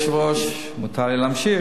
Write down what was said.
אדוני היושב-ראש, מותר לי להמשיך?